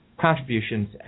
contributions